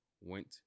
went